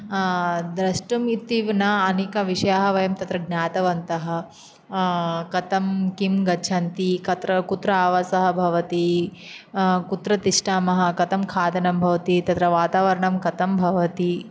द्रष्टुमिति न अनेकविषयाः वयं तत्र ज्ञातवन्तः कथं किं गच्छन्ति कत्र कुत्र आवासः भवति कुत्र तिष्ठामः कथं खादनं भवति तत्र वातावरणं कथं भवति